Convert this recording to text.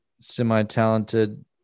semi-talented